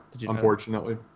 unfortunately